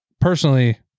personally